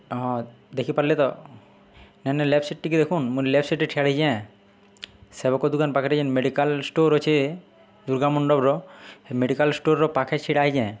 ହଁ ଦେଖିପାର୍ଲେ ତ ନାଇଁ ନାଇଁ ଲେଫ୍ଟ୍ ସାଇଡ଼୍ ଟିକେ ଦେଖୁନ୍ ମୁଇଁ ଲେଫ୍ଟ୍ ସାଇଡ଼୍ରେ ଠିଆ ହେଇଚେଁ ସେବକ ଦୁକାନ୍ ପାଖ୍ରେ ଯେନ୍ ମେଡ଼ିକାଲ୍ ଷ୍ଟୋର୍ ଅଛେ ଦୁର୍ଗା ମଣ୍ଡପ୍ର ହେ ମେଡ଼ିକାଲ୍ ଷ୍ଟୋର୍ର ପାଖ୍ରେ ଛିଡା ହେଇଚେଁ